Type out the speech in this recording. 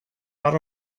out